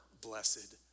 blessed